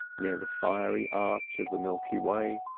near the fiery arch of the milky way,